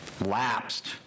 lapsed